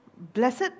Blessed